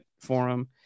forum